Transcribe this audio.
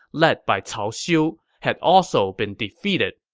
led by cao xiu, had also been defeated.